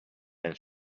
then